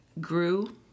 grew